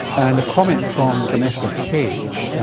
and a comment from vanessa page,